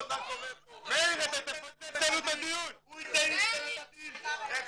מה קורה פה --- הוא ייתן איתכם את הדין אחד-אחד,